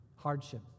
hardship